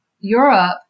Europe